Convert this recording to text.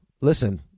Listen